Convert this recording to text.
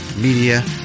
media